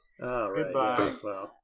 Goodbye